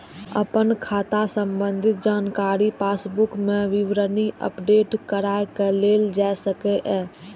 अपन खाता संबंधी जानकारी पासबुक मे विवरणी अपडेट कराके लेल जा सकैए